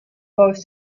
both